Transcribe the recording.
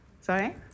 sorry